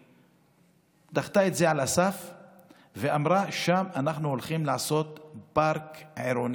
היא דחתה את זה על הסף ואמרה: שם אנחנו הולכים לעשות פארק עירוני.